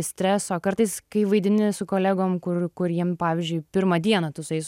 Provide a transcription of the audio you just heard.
streso kartais kai vaidini su kolegom kur kur jiem pavyzdžiui pirmą dieną tu su jais